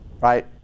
right